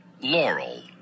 Laurel